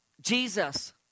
Jesus